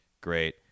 great